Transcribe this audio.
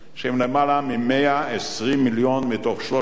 שהם למעלה מ-120 מיליון מתוך 380,